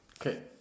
Okay